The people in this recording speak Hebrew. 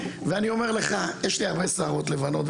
ואני אומר לך יש לי הרבה שערות לבנות,